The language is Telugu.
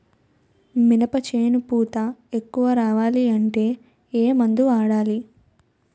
మినప చేను పూత ఎక్కువ రావాలి అంటే ఏమందు వాడాలి?